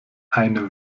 eine